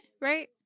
right